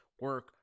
Work